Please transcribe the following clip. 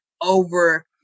over